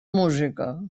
música